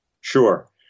Sure